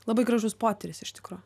labai gražus potyris iš tikro